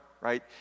right